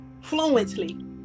fluently